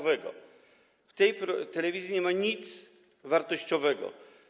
W tej telewizji nie ma nic wartościowego.